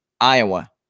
Iowa